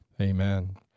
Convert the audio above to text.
Amen